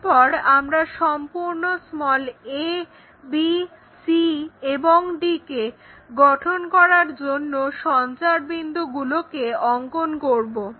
এরপর আমরা সম্পূর্ণ a b c এবং d কে গঠন করার জন্য সঞ্চারবিন্দুগুলোকে অংকন করব